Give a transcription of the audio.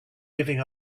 giving